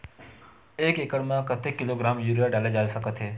एक एकड़ म कतेक किलोग्राम यूरिया डाले जा सकत हे?